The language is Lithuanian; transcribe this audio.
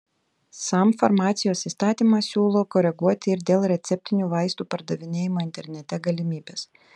sam farmacijos įstatymą siūlo koreguoti ir dėl receptinių vaistų pardavinėjimo internete galimybės